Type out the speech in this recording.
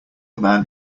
man